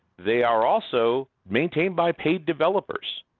they are also maintained by paid developers